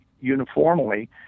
uniformly